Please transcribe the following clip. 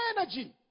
energy